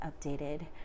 updated